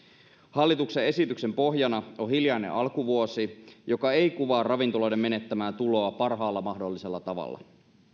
hallituksen esityksen pohjana on hiljainen alkuvuosi joka ei kuvaa ravintoloiden menettämää tuloa parhaalla mahdollisella tavalla